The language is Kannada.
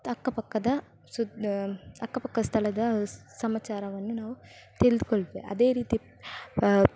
ಅಕ್ಕಪಕ್ಕದ ಸುದ್ ಅಕ್ಕಪಕ್ಕ ಸ್ಥಳದ ಸಮಾಚಾರವನ್ನು ನಾವು ತಿಳ್ದು ಕೊಳ್ತೆ ಅದೇ ರೀತಿ